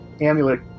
amulet